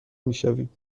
میشویم